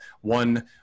one